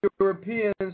Europeans